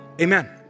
Amen